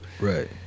Right